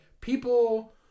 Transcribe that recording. people